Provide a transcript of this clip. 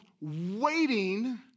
waiting